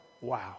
wow